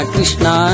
Krishna